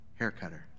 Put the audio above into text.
haircutter